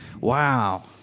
Wow